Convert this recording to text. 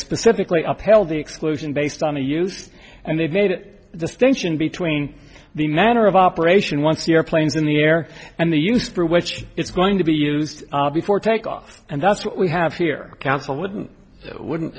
specifically upheld the exclusion based on the use and they've made distinction between the manner of operation once the airplanes in the air and the use for which it's going to be used before takeoff and that's what we have here counsel wouldn't wouldn't